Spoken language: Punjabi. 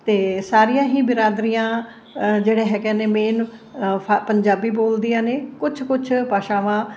ਅਤੇ ਸਾਰੀਆਂ ਹੀ ਬਿਰਾਦਰੀਆਂ ਜਿਹੜੇ ਹੈਗੇ ਨੇ ਮੇਨ ਫ ਪੰਜਾਬੀ ਬੋਲਦੀਆਂ ਨੇ ਕੁਛ ਕੁਛ ਭਾਸ਼ਾਵਾਂ